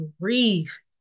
grief